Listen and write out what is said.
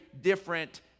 different